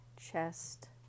chest